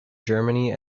germany